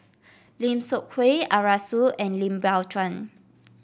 Lim Seok Hui Arasu and Lim Biow Chuan